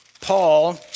Paul